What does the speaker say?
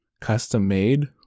custom-made